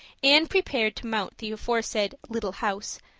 anne prepared to mount the aforesaid little house,